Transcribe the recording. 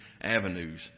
avenues